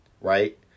right